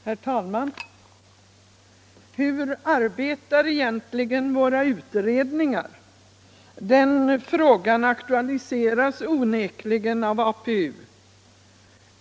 Herr talman! Hur arbetar egentligen våra utredningar? Den frågan aktualiseras onekligen av APU.